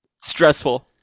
Stressful